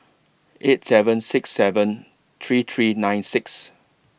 eight seven six seven three three nine six